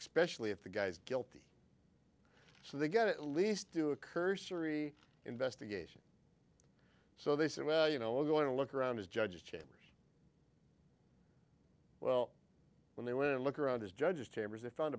especially if the guy's guilty so they get at least do a cursory investigation so they said well you know we're going to look around his judge's chambers well when they went and look around his judge's chambers if found